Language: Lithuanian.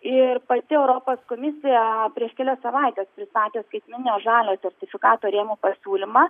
ir pati europos komisija prieš kelias savaites pristatė skaitmeninio žaliojo sertifikato rėmų pasiūlymą